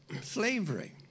slavery